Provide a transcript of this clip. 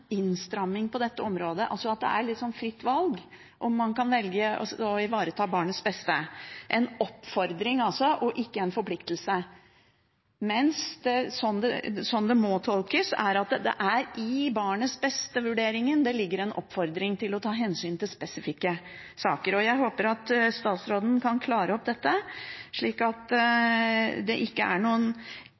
innstramming på dette området, at det altså er litt fritt valg – man kan velge å ivareta barnets beste – altså en oppfordring og ikke en forpliktelse. Men slik det må tolkes, er at det er i barnets-beste-vurderingen det ligger en oppfordring til å ta hensyn til spesifikke saker. Jeg håper at statsråden kan oppklare dette, slik at det ikke blir liggende noen